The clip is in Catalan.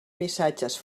missatges